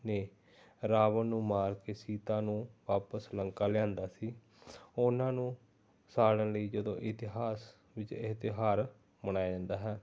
ਨੇ ਰਾਵਣ ਨੂੰ ਮਾਰ ਕੇ ਸੀਤਾ ਨੂੰ ਵਾਪਸ ਲੰਕਾ ਲਿਆਂਦਾ ਸੀ ਉਹਨਾਂ ਨੂੰ ਸਾੜਨ ਲਈ ਜਦੋਂ ਇਤਿਹਾਸ ਵਿੱਚ ਇਹ ਤਿਉਹਾਰ ਮਨਾਇਆ ਜਾਂਦਾ ਹੈ